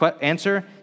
Answer